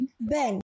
Ben